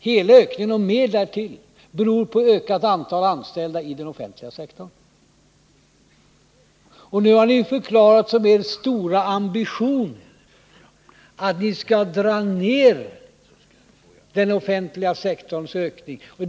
Hela ökningen beror på ökat antal anställda inom den offentliga sektorn. Och nu har ni förklarat att er stora ambition är att dra ner den offentliga sektorns expansion.